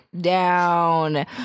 down